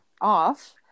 off